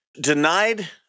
denied